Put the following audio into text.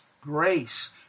grace